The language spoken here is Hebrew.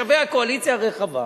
שווה שיש קואליציה רחבה?